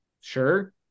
sure